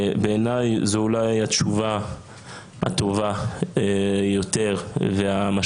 בעיניי זו אולי התשובה הטובה יותר והמשמעותית